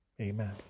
Amen